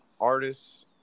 artists